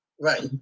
Right